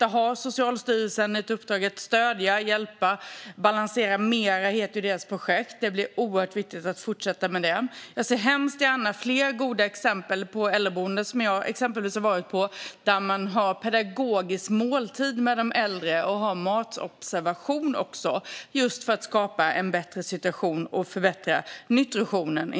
Där har Socialstyrelsen ett uppdrag att stödja och hjälpa - Balansera mera, heter deras projekt. Det är oerhört viktigt att fortsätta med det. Jag ser hemskt gärna fler goda exempel som dem på äldreboenden som jag varit på, där man har pedagogisk måltid med de äldre och även har matobservation för att skapa en bättre situation och inte minst förbättra nutritionen.